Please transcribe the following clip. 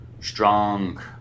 strong